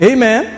Amen